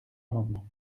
amendement